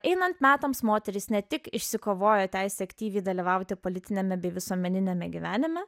einant metams moterys ne tik išsikovojo teisę aktyviai dalyvauti politiniame bei visuomeniniame gyvenime